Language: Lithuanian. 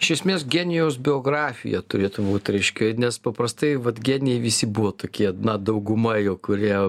iš esmės genijaus biografija turėtų būt reiškia nes paprastai vat genijai visi buvo tokie na dauguma jau kurie